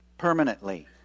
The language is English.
Permanently